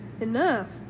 enough